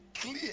clear